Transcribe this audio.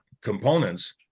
components